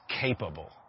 capable